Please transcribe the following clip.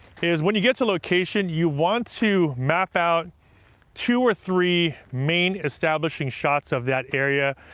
is when you get to a location, you want to map out two or three main establishing shots of that area,